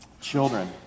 Children